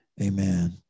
Amen